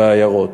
בעיירות.